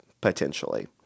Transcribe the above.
potentially